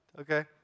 Okay